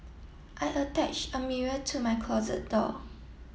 I attached a mirror to my closet door